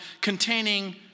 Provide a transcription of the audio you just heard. containing